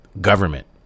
government